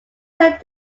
heiress